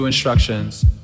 instructions